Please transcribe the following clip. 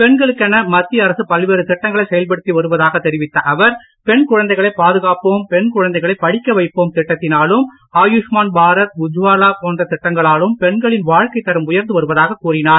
பெண்களுக்கென மத்திய அரசு பல்வேறு திட்டங்களை செயல்படுத்தி வருவதாகவ தெரிவித்த அவர் பெண்குழந்தைகளை பாதுகாப்போம் பெண்குழந்தைகளை படிக்க வைப்போம் திட்டத்தினாலும் ஆயுஷ்மான் பாரத் உஜ்வாலா போன்ற திட்டங்களாலும் பெண்களின் வாழ்க்கை தரம் உயர்ந்து வருவதாக கூறினார்